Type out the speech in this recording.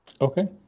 Okay